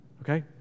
Okay